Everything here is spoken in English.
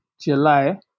July